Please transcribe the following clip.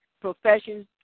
professions